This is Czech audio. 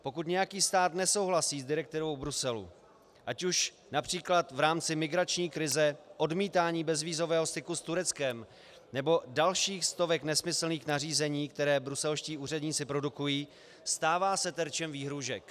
Pokud nějaký stát nesouhlasí s direktivou Bruselu, ať už například v rámci migrační krize, odmítání bezvízového styku s Tureckem nebo dalších stovek nesmyslných nařízení, která bruselští úředníci produkují, stává se terčem výhrůžek.